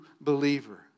believer